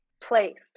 placed